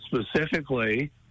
Specifically